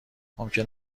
ممکن